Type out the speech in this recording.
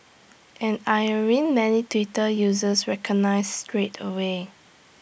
an ironing many Twitter users recognised straight away